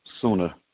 sooner